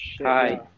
hi